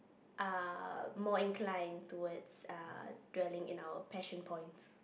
are more inclined towards ah dwelling in our passion point